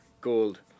gold